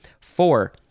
Four